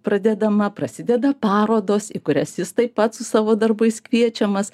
pradedama prasideda parodos į kurias jis taip pat su savo darbais kviečiamas